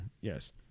yes